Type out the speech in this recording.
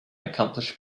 accomplished